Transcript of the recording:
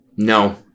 no